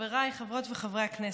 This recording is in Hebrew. חבריי חברות וחברי הכנסת,